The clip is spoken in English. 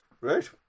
right